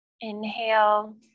Inhale